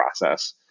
process